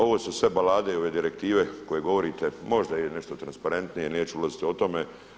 Ovo su sve balade i ove direktive koje govorite možda je nešto transparentnije, neću ulaziti o tome.